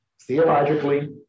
theologically